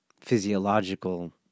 physiological